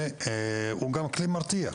והוא גם כלי מרתיע.